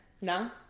No